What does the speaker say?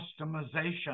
customization